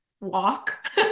walk